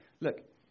Look